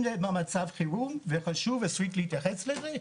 אם זה מצב חירום חשוב צריך להתייחס לזה.